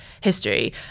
History